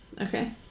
okay